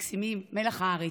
מקסימים, מלח הארץ.